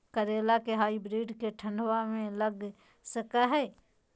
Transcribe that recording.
करेला के हाइब्रिड के ठंडवा मे लगा सकय हैय?